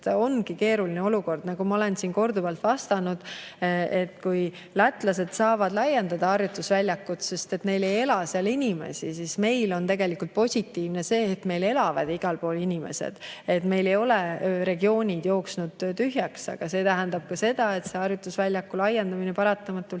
Ongi keeruline olukord, nagu ma olen siin korduvalt vastanud. Lätlased saavad laiendada oma harjutusväljakut, sest neil ei ela seal inimesi. Meil on tegelikult positiivne see, et meil elavad igal pool inimesed, meil ei ole regioonid tühjaks jooksnud. Aga see tähendab ka seda, et harjutusväljaku laiendamine paratamatult